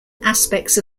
aspects